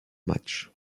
matchs